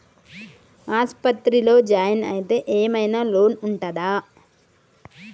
ఆస్పత్రి లో జాయిన్ అయితే ఏం ఐనా లోన్ ఉంటదా?